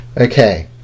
Okay